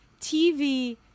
TV